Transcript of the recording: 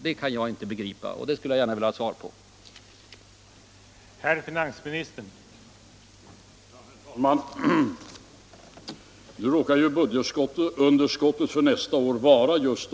Det kan jag inte begripa, och det skulle jag gärna vilja ha besked om.